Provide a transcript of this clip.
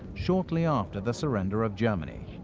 shortly after the surrender of germany,